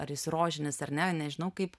ar jis rožinis ar ne nežinau kaip